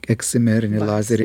eksimerinį lazerį